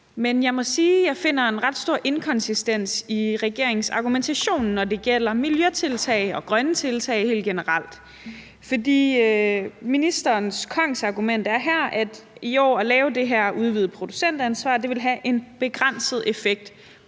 at jeg finder en ret stor inkonsistens i regeringens argumentation, når det gælder miljøtiltag og grønne tiltag helt generelt. For ministerens kongsargument er her, at det at lave det her udvidede producentansvar i år vil have en begrænset effekt